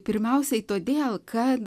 pirmiausiai todėl kad